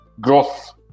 growth